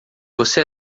você